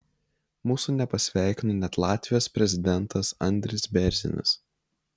mūsų nepasveikino net latvijos prezidentas andris bėrzinis